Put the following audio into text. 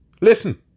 Listen